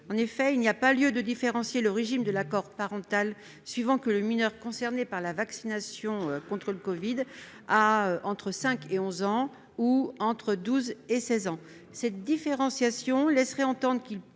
En effet, il n'y a pas lieu de différencier le régime de l'accord parental suivant que le mineur concerné par la vaccination contre le covid-19 a entre 5 et 11 ans ou entre 12 et 16 ans.